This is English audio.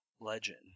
legend